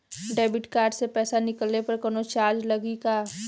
Debit card से पैसा निकलले पर कौनो चार्ज लागि का?